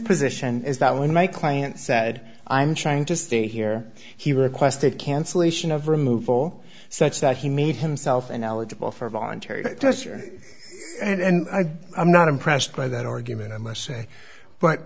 position is that when my client said i'm trying to stay here he requested cancellation of removal such that he made himself ineligible for voluntary tester and i'm not impressed by that argument i must say but